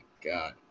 God